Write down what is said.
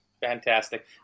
fantastic